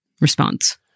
response